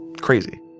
crazy